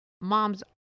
moms